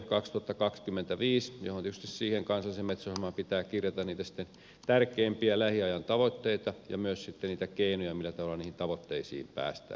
tietysti siihen kansalliseen metsäohjelmaan pitää kirjata sitten niitä tärkeimpiä lähiajan tavoitteita ja myös sitten niitä keinoja millä tavalla niihin tavoitteisiin päästään